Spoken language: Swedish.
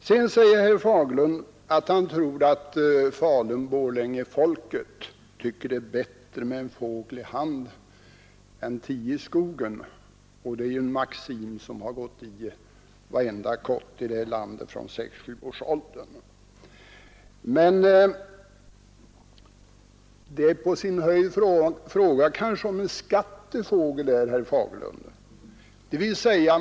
Sedan säger herr Fagerlund att han tror att Falun-Borlängefolket tycker det är bättre med en fågel i handen än tio i skogen. Det är ju en maxim som har gått i varenda kotte i detta land från sex sju års ålder. Men här är det på sin höjd fråga om en skattefågel, herr Fagerlund.